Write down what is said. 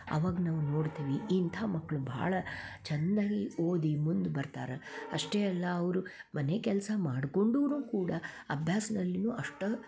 ಆವಾಗ ನಾವು ನೋಡ್ತೀವಿ ಇಂಥಾ ಮಕ್ಕಳು ಬಹಳ ಚೆನ್ನಾಗಿ ಓದಿ ಮುಂದೆ ಬರ್ತಾರ ಅಷ್ಟೇ ಅಲ್ಲ ಅವರು ಮನೆ ಕೆಲಸ ಮಾಡ್ಕೊಂಡು ಕೂಡ ಅಭ್ಯಾಸದಲ್ಲಿಯೂ ಅಷ್ಟೆ